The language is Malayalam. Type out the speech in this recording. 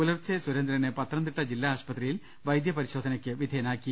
പുലർച്ചെ സുരേന്ദ്രനെ പത്തനംതിട്ട ജില്ലാ ആശുപ ത്രിയിൽ വൈദ്യപരിശോധനയ്ക്ക് വിധേയനാക്കി